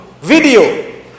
video